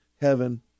heaven